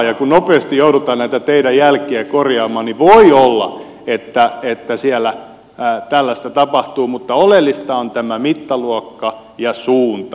ja kun nopeasti joudutaan näitä teidän jälkiänne korjaamaan niin voi olla että siellä tällaista tapahtuu mutta oleellista on tämä mittaluokka ja suunta